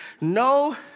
No